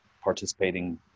participating